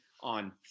on